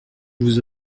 vous